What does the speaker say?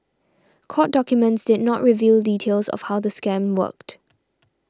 court documents did not reveal details of how the scam worked